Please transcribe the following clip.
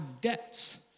debts